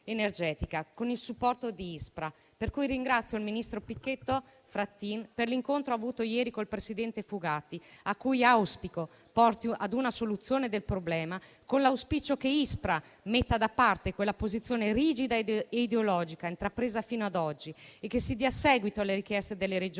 con il supporto di ISPRA, per cui ringrazio il ministro Pichetto Frattin per l'incontro avuto ieri col presidente Fugatti, che auspico porti ad una soluzione del problema, con l'auspicio che ISPRA metta da parte la posizione rigida e ideologica intrapresa fino ad oggi e che si dia seguito alle richieste delle Regioni